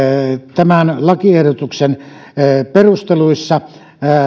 tämän lakiehdotuksen perusteluissa